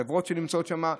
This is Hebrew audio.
חברות שנמצאות שם.